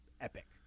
epic